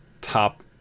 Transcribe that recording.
top